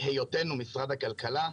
היותנו משרד הכלכלה,